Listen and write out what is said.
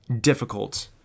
difficult